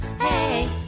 Hey